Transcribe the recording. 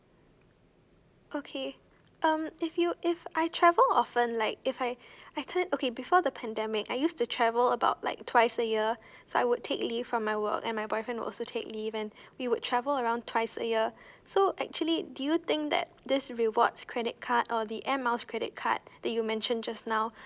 okay um if you if I travel often like if I I tell you okay before the pandemic I used to travel about like twice a year so I would take leave from my work and my boyfriend would also take leave and we would travel around twice a year so actually do you think that this rewards credit card or the airmiles credit card that you mentioned just now